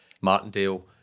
Martindale